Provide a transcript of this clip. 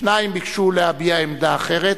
שניים ביקשו להביע עמדה אחרת.